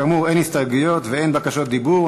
כאמור, אין הסתייגויות ואין בקשות דיבור.